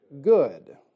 good